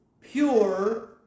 pure